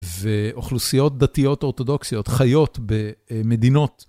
ואוכלוסיות דתיות אורתודוקסיות חיות במדינות.